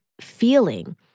feeling